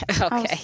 Okay